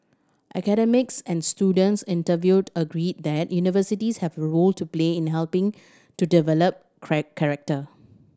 academics and students interviewed agreed that universities have role to play in helping to develop character